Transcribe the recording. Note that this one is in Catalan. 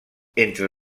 entre